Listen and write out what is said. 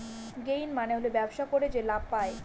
gain মানে হল ব্যবসা করে যে লাভ পায়